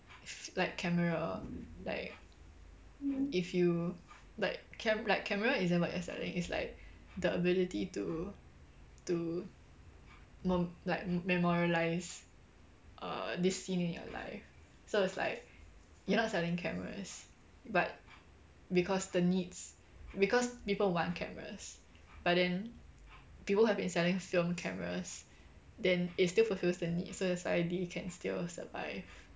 like camera like if you like cam~ like camera isn't what you are selling it's like the ability to to m~ like memorialise err this scene in your life so it's like you are not selling cameras but because the needs because people want cameras but then people who have been selling film cameras then it still fulfil the needs of society can still survive